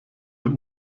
der